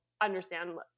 understand